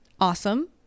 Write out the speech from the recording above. awesome